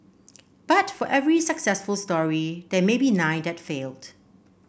but for every successful story there may be nine that failed